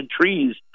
trees